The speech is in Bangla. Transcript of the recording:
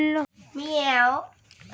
মূলো কি শীতকালে হয়ে থাকে?